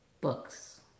books